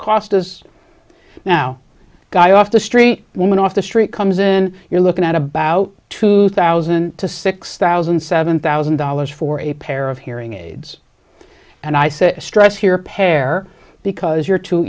cost is now guy off the street women off the street comes in you're looking at about two thousand to six thousand seven thousand dollars for a pair of hearing aids and i say stress here pair because your t